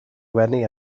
wenu